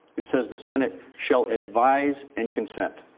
it says the senate shall advise and consent.